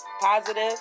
positive